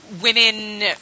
women